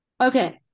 okay